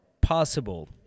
possible